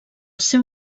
seu